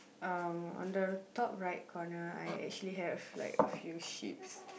on the top right corner I actually have like a few sheep's